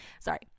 Sorry